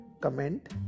comment